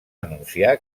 anunciar